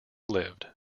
lived